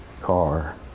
car